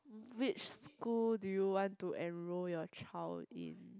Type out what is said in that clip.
which school do you want to enroll your child in